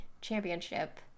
championship